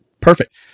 Perfect